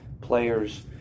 players